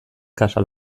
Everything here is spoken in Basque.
casa